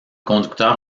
conducteur